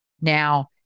Now